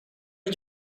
did